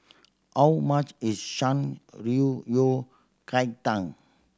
how much is Shan Rui Yao Cai Tang